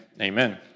Amen